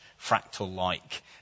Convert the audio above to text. fractal-like